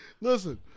Listen